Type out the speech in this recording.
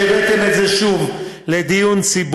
תודה רבה לכם על שהבאתם את זה שוב לדיון ציבורי,